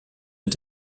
mit